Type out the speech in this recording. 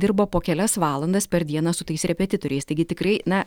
dirba po kelias valandas per dieną su tais repetitoriais taigi tikrai na